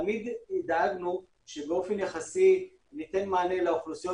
תמיד דאגנו שבאופן יחסי ניתן מענה לאוכלוסיות